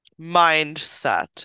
mindset